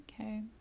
okay